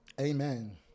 Amen